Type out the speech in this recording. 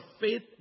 faith